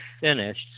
finished